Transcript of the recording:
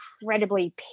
incredibly